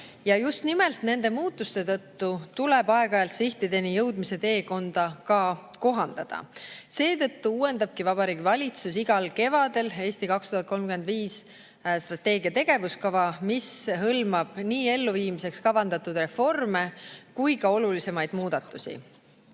Just nimelt nende muutuste tõttu tuleb sihtideni jõudmise teekonda aeg-ajalt kohandada. Seetõttu uuendabki Vabariigi Valitsus igal kevadel strateegia "Eesti 2035" tegevuskava, mis hõlmab nii elluviimiseks kavandatud reforme kui ka olulisimaid muudatusi. Hea